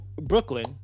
Brooklyn